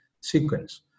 sequence